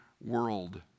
world